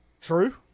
True